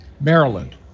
Maryland